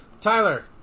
Tyler